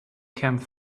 camp